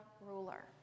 ruler